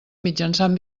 mitjançant